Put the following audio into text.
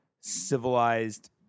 civilized